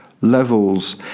levels